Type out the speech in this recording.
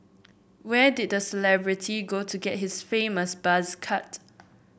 where did the celebrity go to get his famous buzz cut